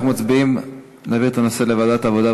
אנחנו מצביעים על העברת הנושא לוועדת העבודה,